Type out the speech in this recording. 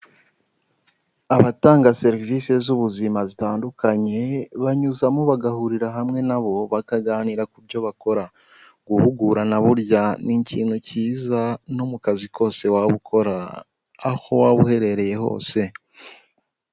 Abatanga serivisi z'ubuzima zitandukanye banyuzamo bagahurira hamwe nabo bakaganira ku byo bakora, guhugura burya ni ikintu kiza no mu kazi kose waba ukora, aho waba uherereye hose.